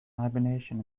hibernation